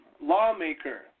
lawmaker